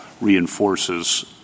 reinforces